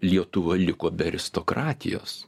lietuva liko be aristokratijos